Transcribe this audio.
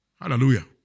Hallelujah